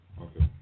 Okay